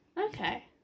Okay